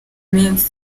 minsi